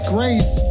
Grace